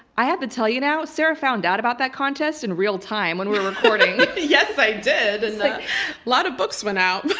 i have to tell you now, sarah found out about that contest in real-time, when we were recording. yes, i did! a lot of books went out.